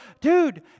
Dude